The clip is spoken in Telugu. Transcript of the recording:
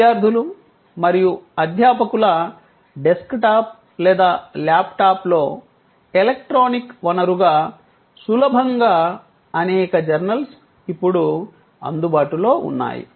విద్యార్థులు మరియు అధ్యాపకుల డెస్క్టాప్ లేదా ల్యాప్టాప్లో ఎలక్ట్రానిక్ వనరుగా సులభంగా అనేక జర్నల్స్ ఇప్పుడు అందుబాటులో ఉన్నాయి